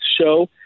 Show